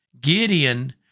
Gideon